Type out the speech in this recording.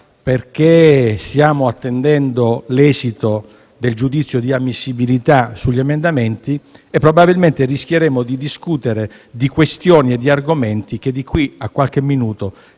perché stiamo attendendo l'esito del giudizio di ammissibilità sugli emendamenti e probabilmente rischieremmo di discutere di questioni e di argomenti che, di qui a qualche minuto,